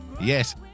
yes